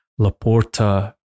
Laporta